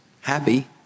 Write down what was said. happy